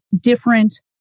different